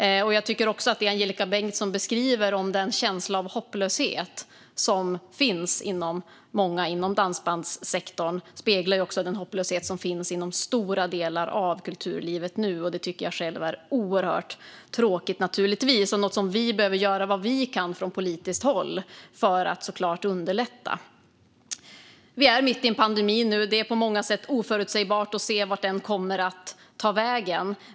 Den känsla av hopplöshet som Angelika Bengtsson beskriver finns hos många inom dansbandssektorn och speglar också den hopplöshet som finns inom stora delar av kulturlivet nu. Det tycker jag själv naturligtvis är oerhört tråkigt, och det är något där vi behöver göra vad vi kan från politiskt håll för att underlätta. Vi är mitt i en pandemi nu, och det är på många sätt oförutsägbart att se vart den kommer att ta vägen.